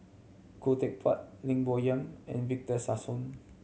Khoo Teck Puat Lim Bo Yam and Victor Sassoon